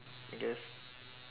I guess